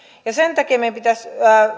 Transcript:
sen takia